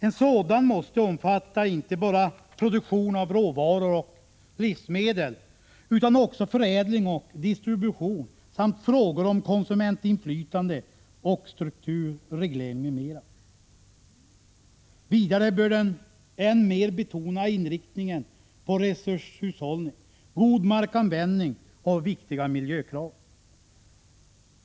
En sådan måste omfatta inte bara produktion av råvaror och livsmedel utan också förädling och distribution samt frågor om konsumentinflytande och strukturreglering m.m. Vidare bör den än mer betona inriktningen på resurshushållning, god markanvändning och viktiga miljökrav.